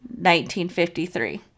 1953